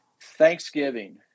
Thanksgiving